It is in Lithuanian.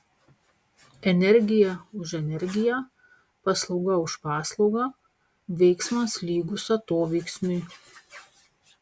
energija už energiją paslauga už paslaugą veiksmas lygus atoveiksmiui